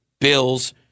bills